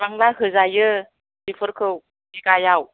बिसबांबा होजायो बिफोरखौ बिगायाव